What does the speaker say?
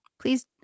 please